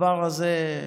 הדבר הזה,